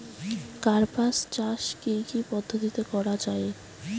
কার্পাস চাষ কী কী পদ্ধতিতে করা য়ায়?